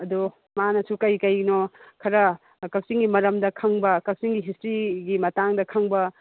ꯑꯗꯨ ꯃꯥꯅꯁꯨ ꯀꯔꯤ ꯀꯔꯤꯅꯣ ꯈꯔ ꯀꯛꯆꯤꯡꯒꯤ ꯃꯔꯝꯗ ꯈꯪꯕ ꯀꯛꯆꯤꯡꯒꯤ ꯍꯤꯁꯇ꯭ꯔꯤꯒꯤ ꯃꯇꯥꯡꯗ ꯈꯪꯕ